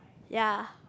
ya